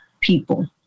people